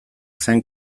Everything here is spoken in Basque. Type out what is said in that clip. zen